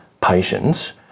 patients